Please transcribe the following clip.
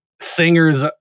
singers